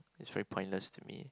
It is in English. it's very pointless to me